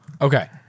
Okay